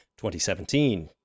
2017